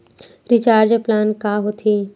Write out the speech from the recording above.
Recharge plan का होथे?